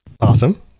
Awesome